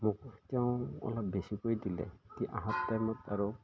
মোক তেওঁ অলপ বেছিকৈ দিলে আহোঁতে মোক আৰু